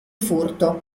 furto